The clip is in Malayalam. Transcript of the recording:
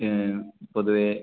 പൊതുവേ